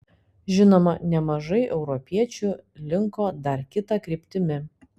žinoma nemažai europiečių linko dar kita kryptimi